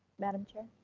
madam chair.